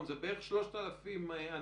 אני לא יודעת להגיד את הנתון הזה ב "שלוף"